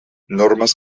normes